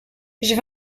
j’ai